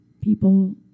people